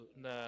na